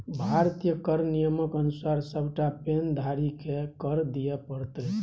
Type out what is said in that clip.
भारतीय कर नियमक अनुसार सभटा पैन धारीकेँ कर दिअ पड़तै